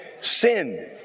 sin